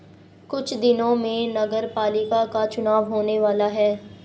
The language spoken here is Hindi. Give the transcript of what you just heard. कुछ दिनों में नगरपालिका का चुनाव होने वाला है